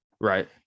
right